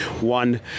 one